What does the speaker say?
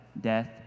death